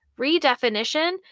redefinition